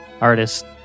artist